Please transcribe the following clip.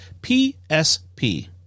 psp